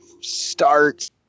start